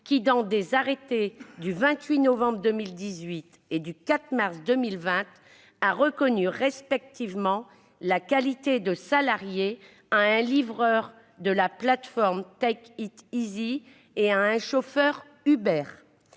qui, dans des arrêts en date du 28 novembre 2018 et du 4 mars 2020, a reconnu respectivement la qualité de salarié à un livreur de la plateforme Take Eat Easy et à un chauffeur Uber.